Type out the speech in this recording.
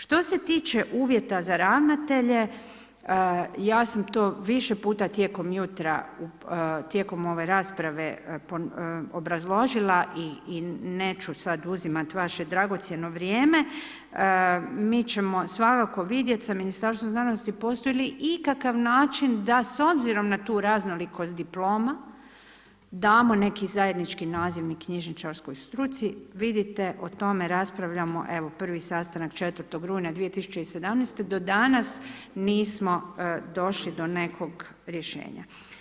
Što se tiče uvjeta za ravnatelje, ja sam to više puta tijekom jutra, tijekom ove rasprave obrazložila i neću sad uzimat vaše dragocjeno vrijeme, mi ćemo svakako vidjet sa Ministarstvom znanosti postoji li ikakav način da s obzirom na tu raznolikost diploma damo neki zajednički nazivnik knjižničarskoj struci, vidite o tome raspravljamo, evo prvi sastanak 4. rujna 2017. do danas nismo došli do nekog rješenja.